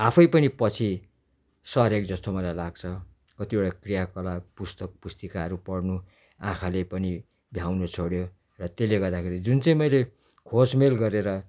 आफै पनि पछि सरेको जस्तो मलाई लाग्छ कतिवटा क्रियाकलाप पुस्तक पुस्तिकाहरू पढ्नु आँखाले पनि भ्याउनु छोड्यो र त्यसले गर्दाखेरि जुन चाहिँ मैले खोजमेल गरेर